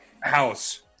house